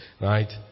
Right